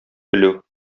белү